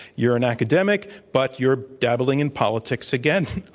you're an academic. but you're dabbling in politics again.